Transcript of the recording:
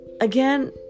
again